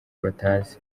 batazi